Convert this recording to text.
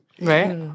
Right